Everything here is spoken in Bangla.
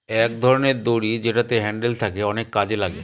এক ধরনের দড়ি যেটাতে হ্যান্ডেল থাকে অনেক কাজে লাগে